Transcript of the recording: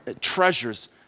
treasures